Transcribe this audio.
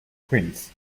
queens